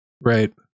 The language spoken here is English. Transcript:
right